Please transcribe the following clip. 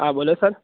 હા બોલો સર